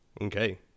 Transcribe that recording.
Okay